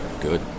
Good